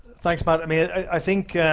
thanks, matt. i mean i think